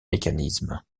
mécanismes